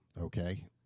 okay